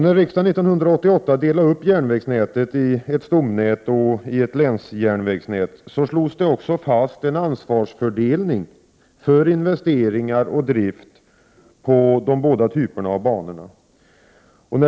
När riksdagen 1988 delade upp järnvägsnätet i ett stomnät och ett länsjärnvägsnät, slogs också en ansvarsfördelning för investeringar och drift på de båda typerna av banor fast.